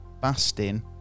Bastin